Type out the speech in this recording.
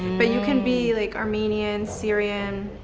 but you can be like armenian, sierran,